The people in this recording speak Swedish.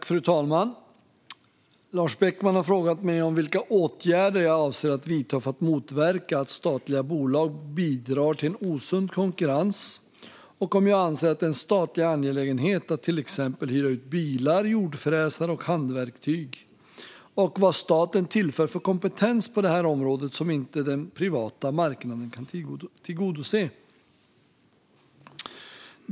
Fru talman! Lars Beckman har frågat mig vilka åtgärder jag avser att vidta för att motverka att statliga bolag bidrar till en osund konkurrens, om jag anser att det är en statlig angelägenhet att exempelvis hyra ut bilar, jordfräsar och handverktyg och vad staten tillför för kompetens på det här området som inte den privata marknaden kan tillgodose.